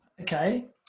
Okay